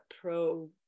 pro